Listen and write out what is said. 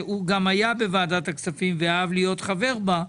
שהוא גם היה בוועדת הכספים ואהב להיות חבר בה.